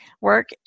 work